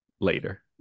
Later